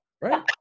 right